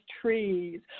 trees